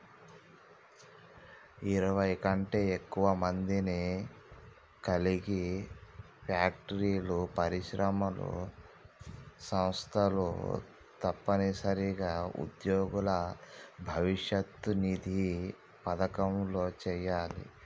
ఇరవై కంటే ఎక్కువ మందిని కలిగి ఫ్యాక్టరీలు పరిశ్రమలు సంస్థలు తప్పనిసరిగా ఉద్యోగుల భవిష్యత్ నిధి పథకంలో చేయాలి